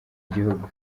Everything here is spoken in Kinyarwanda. gihugu